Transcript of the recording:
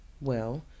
Well